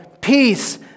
peace